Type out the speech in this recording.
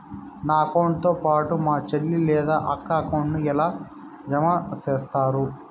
నా అకౌంట్ తో పాటు మా చెల్లి లేదా అక్క అకౌంట్ ను ఎలా జామ సేస్తారు?